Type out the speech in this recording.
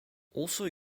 also